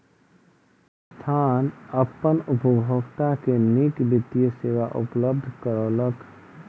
संस्थान अपन उपभोगता के नीक वित्तीय सेवा उपलब्ध करौलक